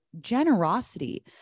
generosity